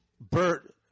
Bert